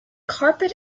carpet